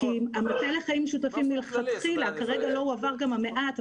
המטה לחיים משותפים מלכתחילה כרגע לא הועבר גם המעט,